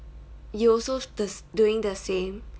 you also the s~ doing the same